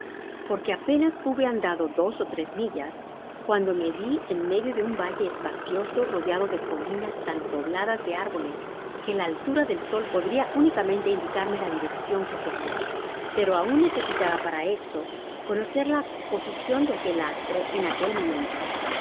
porque apenas nobe andado dos ó tres millas cuado me vi en medio de un valle espacioso rodeado de colinas tan pobladas de árboles que la altura del sol podria únicamente indicarme la direccion que seguia pero aun necesitaba para esto conocer la posicion de aquel astro en aquel momento para